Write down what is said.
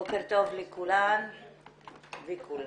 בוקר טוב לכולן וכולם.